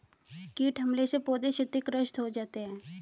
कीट हमले से पौधे क्षतिग्रस्त हो जाते है